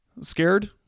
Scared